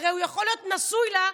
אנחנו מקשיבים לך.